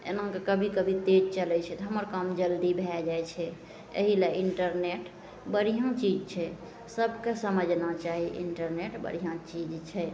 एना तऽ कभी कभी तेज चलै छै तऽ हमर काम जल्दी भए जाइ छै एहिलए इन्टरनेट बढ़िआँ चीज छै सभके समझना चाही इन्टरनेट बढ़िआँ चीज छै